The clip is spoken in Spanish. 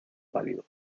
pálido